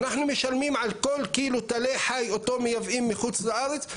אנחנו משלמים על כל קילו טלה חי אותו מייבאים מחוץ לארץ,